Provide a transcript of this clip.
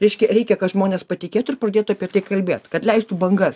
reiškia reikia kad žmonės patikėtų ir pradėtų apie tai kalbėt kad leistų bangas